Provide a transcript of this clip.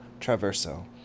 Traverso